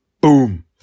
boom